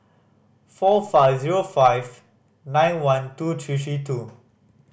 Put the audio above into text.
four five zero five nine one two three three two